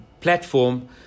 platform